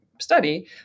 study